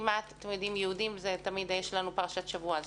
ליהודים יש תמיד פרשת שבוע,